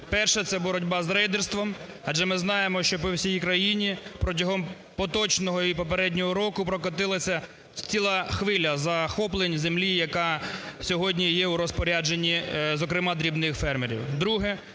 Перше – це боротьба з рейдерством адже ми знаємо, що по всій країні протягом поточного і попереднього року прокотилася ціла хвиля захоплень землі, яка сьогодні є у розпорядженні, зокрема дрібних фермерів.